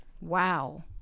Wow